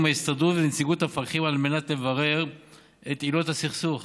ההסתדרות ונציגות המפקחים על מנת לברר את עילות הסכסוך.